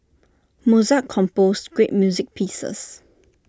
Mozart composed great music pieces